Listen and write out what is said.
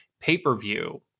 pay-per-view